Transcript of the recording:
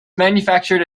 manufactured